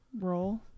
role